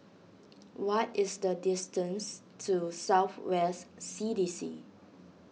what is the distance to South West C D C